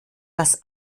das